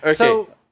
Okay